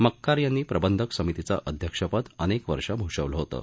मक्कार यानी प्रंबधक समितीचं अध्यक्षपद अनक्ववर्ष भूषवलं होतं